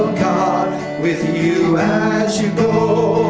with you as you go.